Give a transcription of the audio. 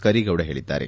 ಕರೀಗೌಡ ಹೇಳಿದ್ದಾರೆ